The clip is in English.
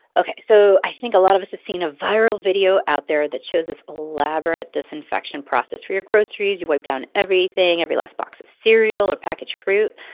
ok. so i think a lot of us have seen a viral video out there that shows this elaborate disinfection process for your groceries. you wipe down everything, every last box of cereal or packaged fruit.